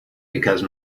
because